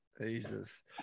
jesus